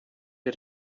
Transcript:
wir